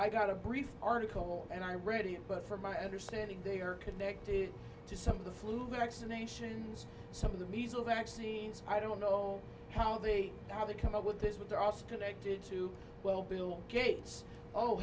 i got a brief article and i read it but from my understanding they are connected to some of the flu vaccinations some of the measles vaccines i don't know how they how they come up with this with also connected to well bill gates oh